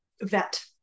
vet